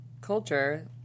culture